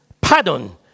pardon